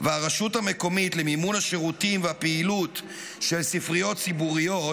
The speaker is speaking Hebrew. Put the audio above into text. והרשות המקומית למימון השירותים והפעילות של ספריות ציבוריות,